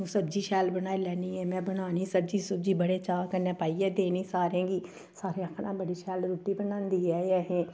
तू सब्जी शैल बनाई लैन्नी ऐ में बनानी सब्जी सुब्जी बड़े चाऽ कन्नै पाइयै देनी सारें गी सारें आखना बड़ी शैल रुट्टी बनांदी ऐ एह् अहें